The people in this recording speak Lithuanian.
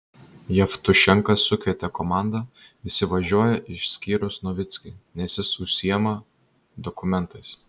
jevtušenka sukvietė komandą visi važiuoja išskyrus novickį nes jis užsiima dokumentais